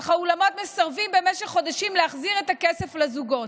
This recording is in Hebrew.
אך האולמות מסרבים במשך חודשים להחזיר את הכסף לזוגות.